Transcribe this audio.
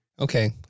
Okay